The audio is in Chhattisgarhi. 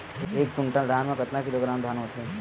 एक कुंटल धान में कतका किलोग्राम धान होथे?